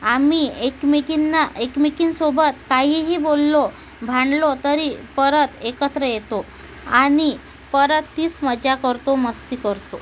आम्ही एकमेकींना एकमेकींसोबत काहीही बोललो भांडलो तरी परत एकत्र येतो आणि परत तीच मजा करतो मस्ती करतो